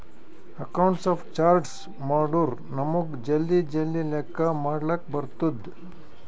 accounts of charts ಮಾಡುರ್ ನಮುಗ್ ಜಲ್ದಿ ಜಲ್ದಿ ಲೆಕ್ಕಾ ಮಾಡ್ಲಕ್ ಬರ್ತುದ್